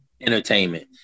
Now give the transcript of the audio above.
entertainment